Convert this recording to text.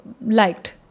Liked